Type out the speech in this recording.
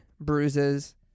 bruises